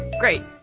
great.